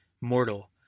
Mortal